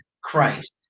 christ